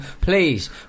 please